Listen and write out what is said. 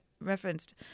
referenced